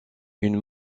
une